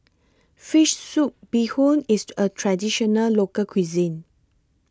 Fish Soup Bee Hoon IS A Traditional Local Cuisine